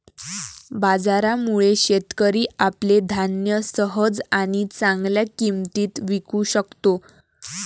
बाजारामुळे, शेतकरी आपले धान्य सहज आणि चांगल्या किंमतीत विकू शकतो